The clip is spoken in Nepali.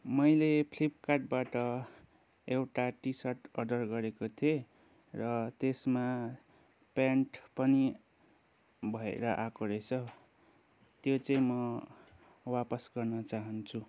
मैले फ्लिपकार्टबाट एउटा टी सर्ट अर्डर गरेको थिएँ र त्यसमा पेन्ट पनि भएर आएको रहेछ त्यो चाहिँ म वापस गर्न चाहन्छु